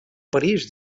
parís